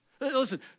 Listen